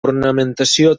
ornamentació